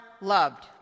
loved